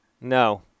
No